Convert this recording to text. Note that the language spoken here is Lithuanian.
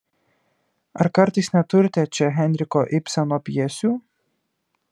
ar kartais neturite čia henriko ibseno pjesių